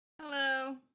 Hello